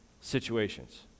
situations